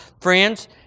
friends